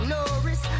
Norris